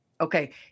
Okay